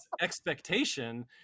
expectation